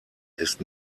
ist